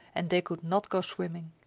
and they could not go swimming.